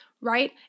right